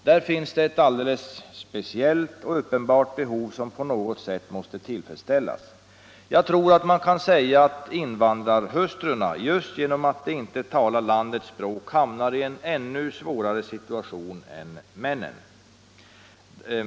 Där finns ett alldeles speciellt och uppenbart behov av svenskundervisning som på något sätt måste tillfredsställas. Jag tror att man kan säga att invandrarhustrurna just genom att de inte talar landets språk hamnar i en ännu svårare situation än männen.